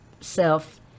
self